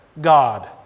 God